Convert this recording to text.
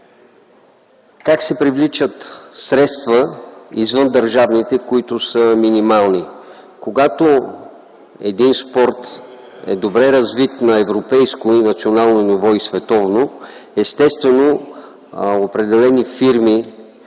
Как се привличат средства извън държавните, които са минимални? Когато един спорт е добре развит на световно, европейско и национално ниво, е естествено определени фирми